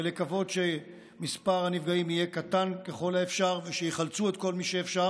ולקוות שמספר הנפגעים יהיה קטן ככל האפשר ושיחלצו את כל מי שאפשר.